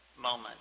moment